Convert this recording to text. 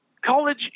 College